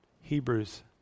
Hebrews